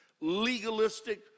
legalistic